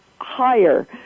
higher